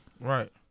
Right